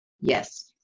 Yes